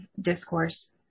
discourse